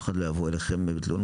אם אחד לא יבוא אליכם בתלונות,